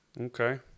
Okay